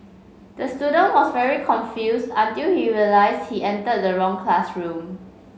the student was very confused until he realise he entered the wrong classroom